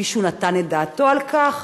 מישהו נתן את דעתו על כך?